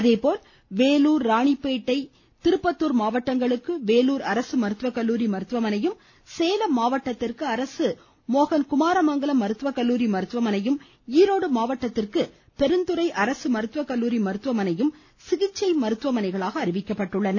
அதேபோல் வேலூர் ராணிப்பேட்டை திருப்பத்தூர் மாவட்டங்களுக்கு வேலூர் அரசு மருத்துவக்கல்லூரி மருத்துவமனையும் சேலம் மாவட்டத்திற்கு அரசு மோகன் குமார மங்களம் மருத்துவக்கல்லூரி மருத்துவமனையும் ரோடு மாவட்டத்திற்கு பெருந்துறை மருத்துவக்கல்லூரி மருத்துவமனையும் சிகிச்சை மருத்துவமனைகளாக அறிவிக்கப்பட்டுள்ளன